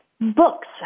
books